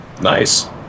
Nice